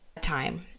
time